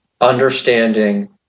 understanding